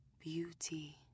Beauty